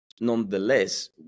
nonetheless